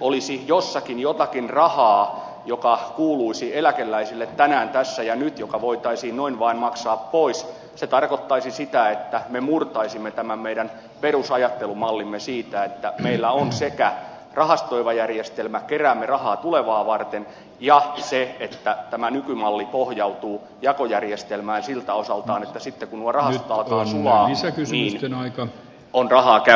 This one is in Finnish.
olisi jossakin jotakin rahaa joka kuuluisi eläkeläisille tänään tässä ja nyt joka voitaisiin noin vain maksaa pois tarkoittaisi sitä että me murtaisimme tämän meidän perusajattelumallimme siitä että meillä on sekä rahastoiva järjestelmä keräämme rahaa tulevaa varten ja se että tämä nykymalli pohjautuu jakojärjestelmään siltä osaltaan että sitten kun nuo rahastot alkavat sulaa niin on rahaa käytettävissä